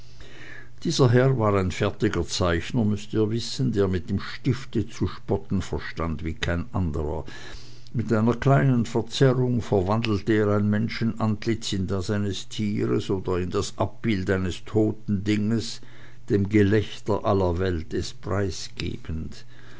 dieser herr war ein fertiger zeichner müßt ihr wissen der mit dem stifte zu spotten verstand wie kein anderer mit einer kleinen verzerrung verwandelte er ein menschenantlitz in das eines tieres oder in das abbild eines toten dinges dem gelächter aller welt es preisgebend